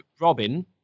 Robin